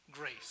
grace